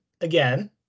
again